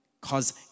cause